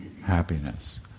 happiness